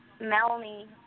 Melanie